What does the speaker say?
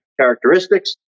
characteristics